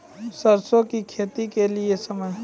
सरसों की खेती के लिए समय?